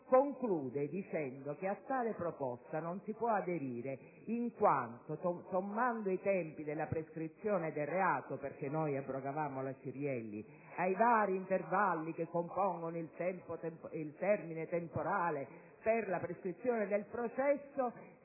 concluso sottolineando che a tali proposte non si può aderire «in quanto, sommando i tempi della prescrizione del reato», perché noi abrogavamo la cosiddetta legge Cirielli, «ai vari intervalli che compongono il termine temporale per la prescrizione del processo